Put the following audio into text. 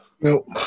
Nope